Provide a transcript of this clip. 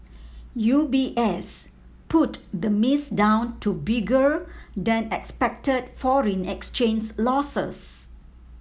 U B S put the miss down to bigger than expected foreign exchange losses